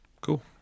Cool